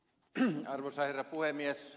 arvoisa herra puhemies